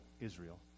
Israel